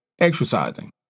exercising